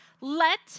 Let